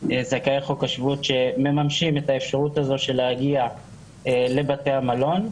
זכאי חוק השבות שמממשים את האפשרות הזו של להגיע לבתי המלון.